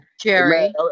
Jerry